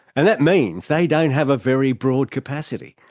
and that means they don't have a very broad capacity.